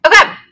Okay